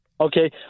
Okay